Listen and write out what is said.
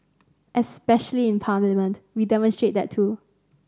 especially in Parliament we demonstrate that too